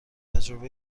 تجربه